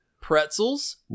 pretzels